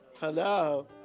Hello